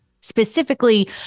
specifically